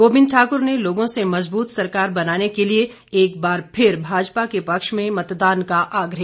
गोबिंद ठाकुर ने लोगों से मजबूत सरकार बनाने के लिए एक बार फिर भाजपा के पक्ष में मतदान का आग्रह